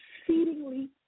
exceedingly